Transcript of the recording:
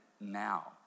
now